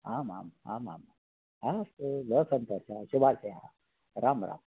आम् आम् आम् आम् अस्तु बहुसन्तोषः शुभाशयाः राम् राम्